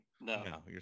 No